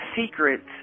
secrets